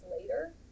later